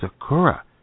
Sakura